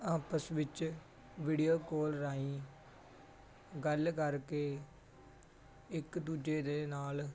ਆਪਸ ਵਿੱਚ video call ਰਾਹੀਂ ਗੱਲ ਕਰਕੇ ਇੱਕ ਦੂਜੇ ਦੇ ਨਾਲ